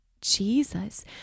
jesus